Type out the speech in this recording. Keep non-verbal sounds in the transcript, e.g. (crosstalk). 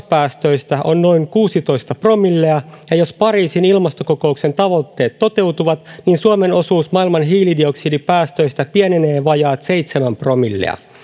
(unintelligible) päästöistä on noin kuusitoista promillea ja jos pariisin ilmastokokouksen tavoitteet toteutuvat niin suomen osuus maailman hiilidioksidipäästöistä pienenee vajaat seitsemän promillea